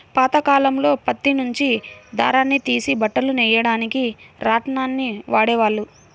పాతకాలంలో పత్తి నుంచి దారాన్ని తీసి బట్టలు నెయ్యడానికి రాట్నాన్ని వాడేవాళ్ళు